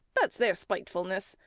that's their spitefulness,